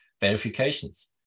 verifications